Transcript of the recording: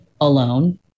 alone